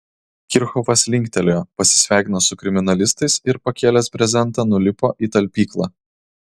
kirchhofas linktelėjo pasisveikino su kriminalistais ir pakėlęs brezentą nulipo į talpyklą